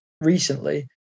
recently